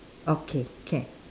okay can